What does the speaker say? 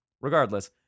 Regardless